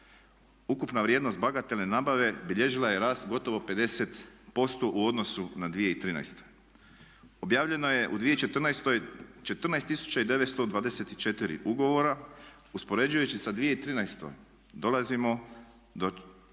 Ukupna vrijednost bagatelne nabave bilježila je rast gotovo 50% u odnosu na 2013. Objavljeno je u 2014. 14 924 ugovora, uspoređujući sa 2013. dolazimo do